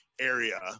Area